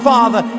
Father